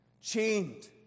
Chained